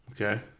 Okay